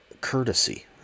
courtesy